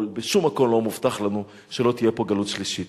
בשום מקום לא מובטח לנו שלא תהיה פה גלות שלישית.